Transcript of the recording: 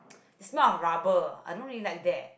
smell of rubber I don't really like that